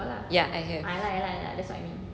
ya I have